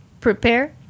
Prepare